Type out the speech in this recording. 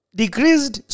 decreased